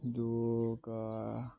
ꯑꯗꯨꯒ